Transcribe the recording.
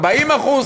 40%,